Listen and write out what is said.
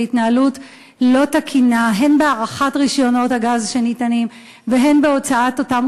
להתנהלות לא תקינה הן בהארכת רישיונות הגז שניתנים והן בהוצאת אותם